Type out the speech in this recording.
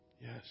Yes